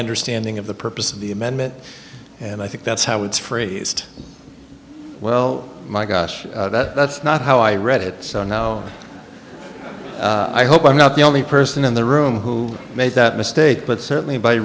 understanding of the purpose of the amendment and i think that's how it's phrased well my gosh that's not how i read it so no i hope i'm not the only person in the room who made that mistake but certainly by